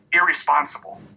irresponsible